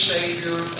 Savior